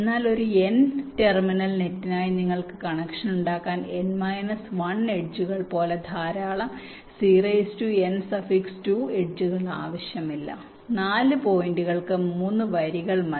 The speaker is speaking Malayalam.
എന്നാൽ ഒരു n ടെർമിനൽ നെറ്റിനായി നിങ്ങൾക്ക് കണക്ഷൻ ഉണ്ടാക്കാൻ n − 1 എഡ്ജുകൾ പോലെ ധാരാളം Cn2 എഡ്ജുകൾ ആവശ്യമില്ല 4 പോയിന്റുകൾക്ക് 3 വരികൾ മതി